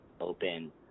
open